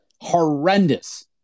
horrendous